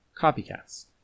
copycats